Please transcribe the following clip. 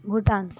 Bhutan